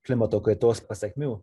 klimato kaitos pasekmių